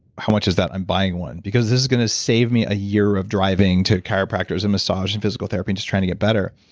how much is that, i'm buying one. because this is going to save me a year of driving to a chiropractors and massage and physical therapy and just trying to get better.